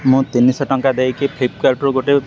ମୁଁ ତିନିଶହ ଟଙ୍କା ଦେଇକି ଫ୍ଲିପକାର୍ଟରୁ ଗୋଟେ